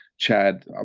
Chad